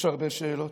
יש הרבה שאלות.